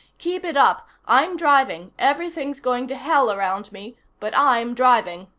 keep it up. i'm driving. everything's going to hell around me, but i'm driving.